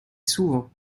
s’ouvrent